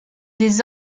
des